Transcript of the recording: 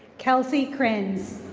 kelsey krenz